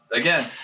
Again